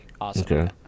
Awesome